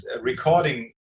recording